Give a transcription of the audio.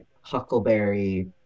huckleberry